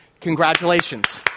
Congratulations